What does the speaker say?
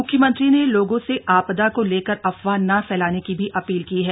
मुख्यमंत्री ने लोगों से आपदा को लेकर अफवाह न फैलाने की भी अपील की है